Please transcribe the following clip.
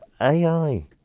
AI